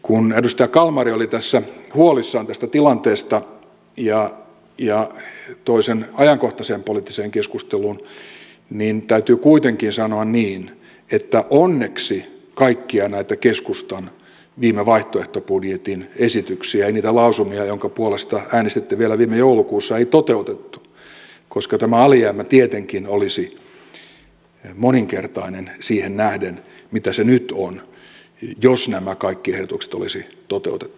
kun edustaja kalmari oli tässä huolissaan tästä tilanteesta ja toi sen ajankohtaiseen poliittiseen keskusteluun niin täytyy kuitenkin sanoa niin että onneksi kaikkia näitä keskustan viime vaihtoehtobudjetin esityksiä ja niitä lausumia joiden puolesta äänestitte vielä viime joulukuussa ei toteutettu koska tämä alijäämä tietenkin olisi moninkertainen siihen nähden mitä se nyt on jos nämä kaikki ehdotukset olisi toteutettu